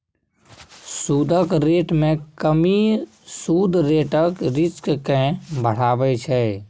सुदक रेट मे कमी सुद रेटक रिस्क केँ बढ़ाबै छै